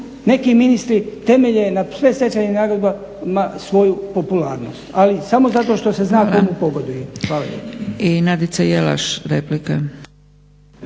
neki ministri temelje na predstečajnim nagodbama svoju popularnost ali samo zato što se zna kome pogoduje. Hvala